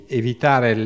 evitare